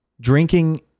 drinking